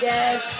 Yes